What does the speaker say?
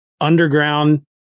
underground